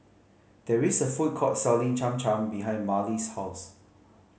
there is a food court selling Cham Cham behind Marlys' house